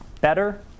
better